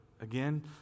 Again